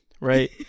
right